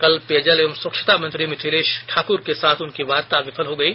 कल पेयजल एवं स्वच्छता मंत्री मिथिलेश ठाक्र के साथ उनकी वार्ता विफल हो गयी